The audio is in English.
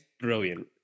brilliant